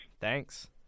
Thanks